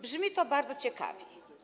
Brzmi to bardzo ciekawie.